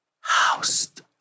housed